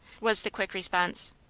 was the quick response.